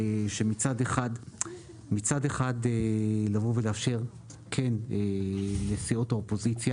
שמצד אחד לבוא ולאפשר כן לסיעות האופוזיציה